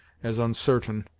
as uncertain,